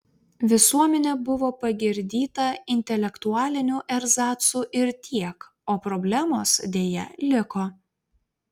visuomenė buvo pagirdyta intelektualiniu erzacu ir tiek o problemos deja liko